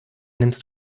nimmst